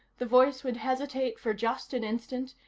the voice would hesitate for just an instant,